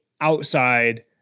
outside